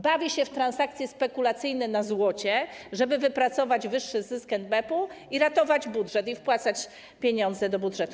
Bawi się w transakcje spekulacyjne na złocie, żeby wypracować wyższy zysk NBP-u i ratować budżet, wpłacać pieniądze do budżetu.